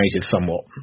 somewhat